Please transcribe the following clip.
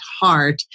heart